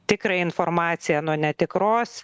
tikrą informaciją nuo netikros